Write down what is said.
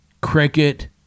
Cricket